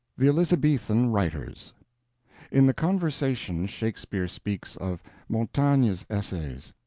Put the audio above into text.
the elizabethan writers in the conversation shakespeare speaks of montaigne's essays.